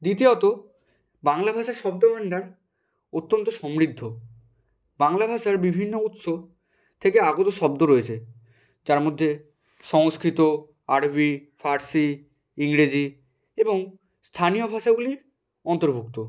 দ্বিতীয়ত বাংলা ভাষার শব্দ ভান্ডার অত্যন্ত সমৃদ্ধ বাংলা ভাষার বিভিন্ন উৎস থেকে আগত শব্দ রয়েছে যার মধ্যে সংস্কৃত আরবি ফার্সি ইংরেজি এবং স্থানীয় ভাষাগুলি অন্তর্ভুক্ত